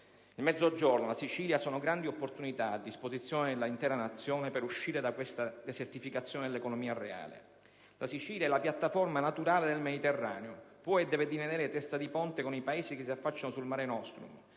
il Mezzogiorno e la Sicilia sono grandi opportunità a disposizione dell'intera Nazione per uscire da questa desertificazione dell'economia reale. La Sicilia è la piattaforma naturale nel Mediterraneo, può e deve divenire testa di ponte con i Paesi che si affacciano sul *Mare* *nostrum*,